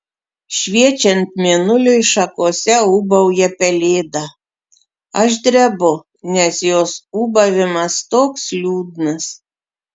šviečiant mėnuliui šakose ūbauja pelėda aš drebu nes jos ūbavimas toks liūdnas